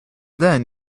then